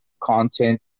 content